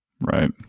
Right